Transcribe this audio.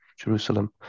Jerusalem